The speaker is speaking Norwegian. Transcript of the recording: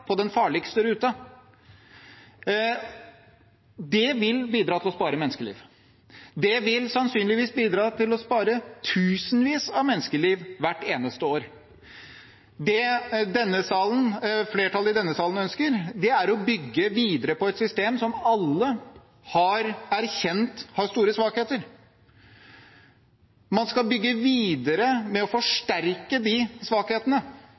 på den farligste ruten. Det vil bidra til å spare menneskeliv. Det vil sannsynligvis bidra til å spare tusenvis av menneskeliv hvert eneste år. Det flertallet i denne salen ønsker, er å bygge videre på et system som alle har erkjent at har store svakheter. Man skal bygge videre med å forsterke de svakhetene,